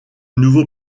nouveau